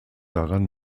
daran